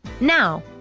now